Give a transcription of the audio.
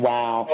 Wow